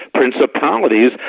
principalities